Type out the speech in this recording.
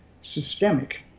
systemic